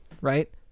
right